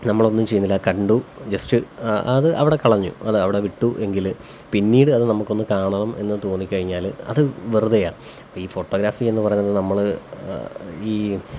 നമ്മളൊന്നും ചെയ്യുന്നില്ല കണ്ടു ജെസ്റ്റ് അത് അവിടെ കളഞ്ഞു അതവിടെ വിട്ടു എങ്കില് പിന്നീട് അത് നമുക്കൊന്ന് കാണണം എന്ന് തോന്നിക്കഴിഞ്ഞാല് അത് വെറുതെയാണ് ഈ ഫോട്ടോഗ്രാഫി എന്ന് പറഞ്ഞത് നമ്മള് ഈ